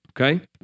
okay